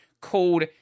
called